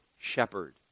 shepherd